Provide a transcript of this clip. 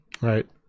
right